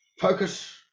Focus